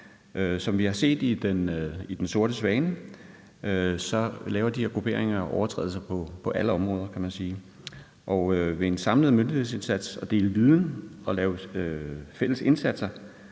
som vi har set i »Den sorte svane«, laver de her grupperinger jo overtrædelser på alle områder, kan man sige. Ved en samlet myndighedsindsats, hvor der deles viden og laves fælles indsatser